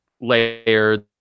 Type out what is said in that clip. layer